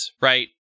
right